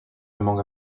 among